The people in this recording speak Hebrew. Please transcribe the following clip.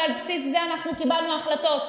ועל בסיס זה אנחנו קיבלנו החלטות.